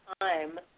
time